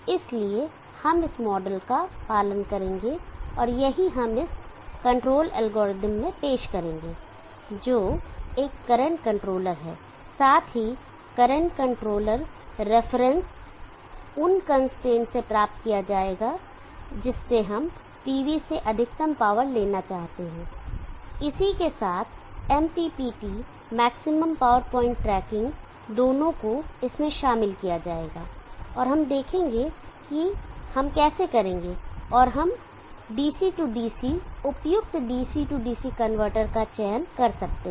इसलिए हम इस मॉडल का पालन करेंगे और यही हम इस कंट्रोल एल्गोरिदम में पेश करेंगे जो एक करंट कंट्रोलर है साथ ही करंट कंट्रोलर रेफरेंस उन कंस्ट्रेंस से प्राप्त किया जाएगा जिससे हम PV से अधिकतम पावर लेना चाहते हैं इसी के साथ MPPT maximum power point tracking दोनों को इसमें शामिल किया जाएगा और हम देखेंगे कि हम कैसे करेंगे और हम DC DC उपयुक्त DC DC कनवर्टर का चयन कर सकते हैं